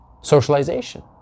socialization